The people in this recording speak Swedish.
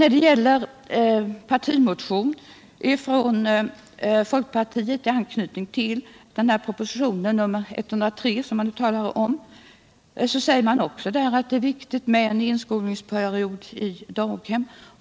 I folkpartiets partimotion med anledning av propositionen 133 framhålls att det är viktigt med en inskolningsperiod på daghem.